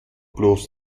bloß